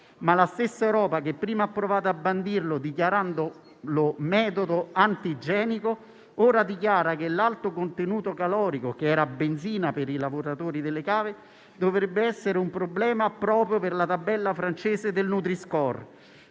la stessa Europa, che prima ha provato a bandire il prodotto, dichiarando il metodo antigenico, ora dichiara che l'alto contenuto calorico, che era benzina per i lavoratori delle cave, dovrebbe essere un problema proprio per la tabella francese del nutri-score.